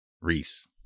Reese